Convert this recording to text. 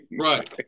right